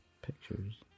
pictures